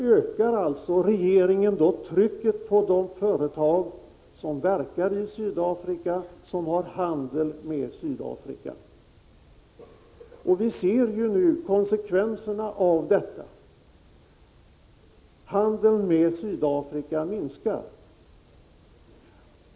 Dessutom ökar regeringen trycket på de företag som verkar i Sydafrika och som har handel med Sydafrika. Vi ser nu konsekvenserna av detta. Handeln med Sydafrika minskar.